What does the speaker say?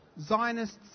Zionists